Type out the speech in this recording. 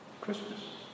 Christmas